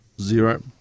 Zero